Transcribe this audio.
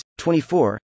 24